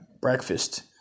breakfast